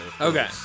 Okay